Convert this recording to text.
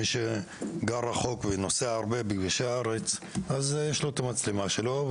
מי שגר רחוק ונוסע הרבה בכבישי הארץ יש לו את המצלמה שלו,